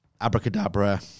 abracadabra